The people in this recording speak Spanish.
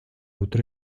autor